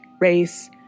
race